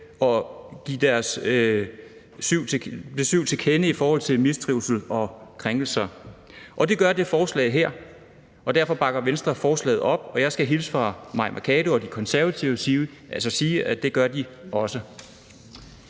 og give deres besyv til kende i forhold til mistrivsel og krænkelser. Det muliggør det forslag her, og derfor bakker Venstre forslaget op. Og jeg skal hilse fra fru Mai Mercado og De Konservative og sige, at det gør de også.